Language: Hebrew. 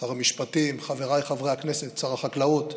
שר המשפטים, חבריי חברי הכנסת, שר החקלאות,